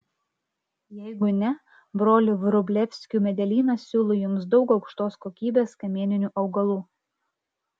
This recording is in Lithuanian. jeigu ne brolių vrublevskių medelynas siūlo jums daug aukštos kokybės kamieninių augalų